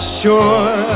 sure